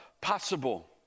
possible